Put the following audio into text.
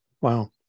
Wow